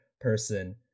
person